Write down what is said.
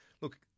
look